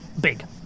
big